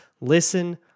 listen